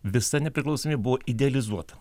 visa nepriklausomybė buvo idealizuota